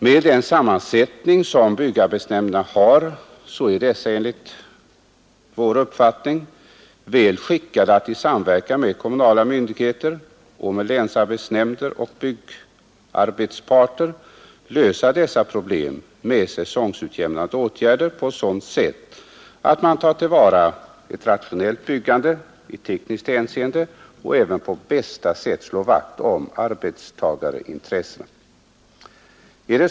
Med den sammansättning som byggarbetsnämnderna har är dessa enligt vår uppfattning väl skickade att i samverkan med kommunala myndigheter och med länsarbetsnämnder och byggarbetsparter lösa dessa problem med säsongutjämnande åtgärder på ett sådant sätt att man tillvaratar intresset av ett rationellt byggande i tekniskt hänseende och även på bästa sätt slår vakt om arbetstagarintressen.